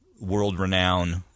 world-renowned